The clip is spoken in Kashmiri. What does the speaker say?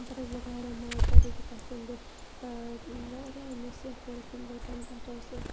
پَتہٕ حظ لوٚگ واریاہ مَزٕ تَتہِ دِتُکھ اَسہِ تمہِ دۄہ واریاہ نصیحت کٔرٕکھ تمہِ دۄہ تَنہٕ پٮ۪ٹھ اوس سُہ